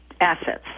assets